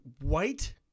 white